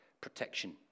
protection